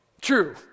True